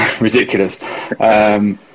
ridiculous